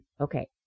okay